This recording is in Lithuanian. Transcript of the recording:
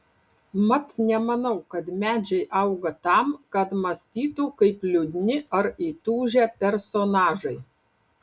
mat nemanau kad medžiai auga tam kad mąstytų kaip liūdni ar įtūžę personažai